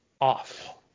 off